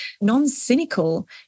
non-cynical